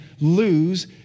lose